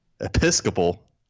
Episcopal